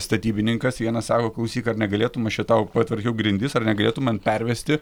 statybininkas vienas sako klausyk ar negalėtum aš tau patvarkiau grindis ar negalėtum man pervesti